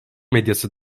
medyası